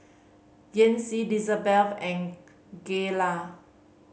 Yancy Lizabete and Gayla